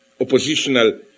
oppositional